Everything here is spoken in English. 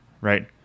Right